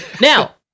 Now